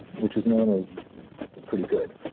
which is normally pretty good